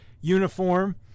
uniform